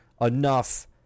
enough